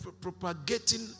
propagating